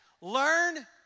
Learn